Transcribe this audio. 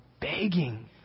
begging